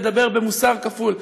לדבר במוסר כפול,